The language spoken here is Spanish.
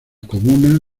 comuna